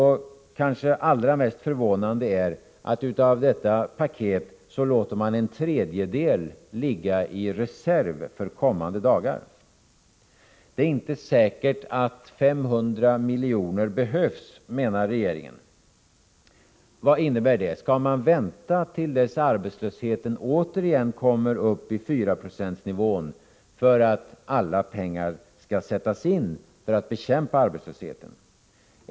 Det kanske allra mest förvånande är att regeringen låter en tredjedel av paketet ligga i reserv för kommande dagar. Det är inte säkert att 500 miljoner behövs, menar regeringen. Vad innebär det? Skall regeringen vänta till dess att arbetslösheten återigen kommer upp i 4-procentsnivån innan alla pengar för att bekämpa arbetslösheten skall sättas in?